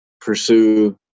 pursue